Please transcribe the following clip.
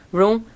room